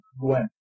Gwen